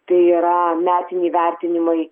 tai yra metiniai vertinimai